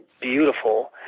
beautiful